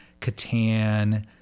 Catan